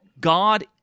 God